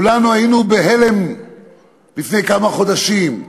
כולנו היינו בהלם לפני כמה חודשים,